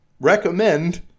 recommend